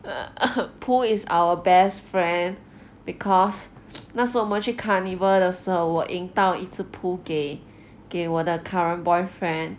pooh is our best friend because 那时候我们去 carnival 的时候我赢到一只 pooh 给给我的 current boyfriend